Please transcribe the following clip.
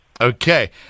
Okay